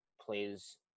plays